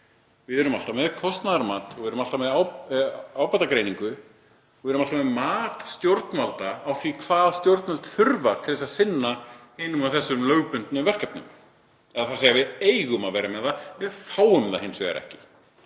við erum alltaf með kostnaðarmat og við erum alltaf með ábatagreiningu og við erum alltaf með mat stjórnvalda á því hvað þau þurfa til að sinna lögbundnu verkefnum, þ.e. við eigum að vera með það en við fáum það hins vegar ekki.